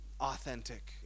authentic